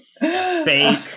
Fake